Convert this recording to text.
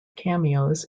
cameos